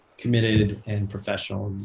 committed, and professional,